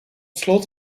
slot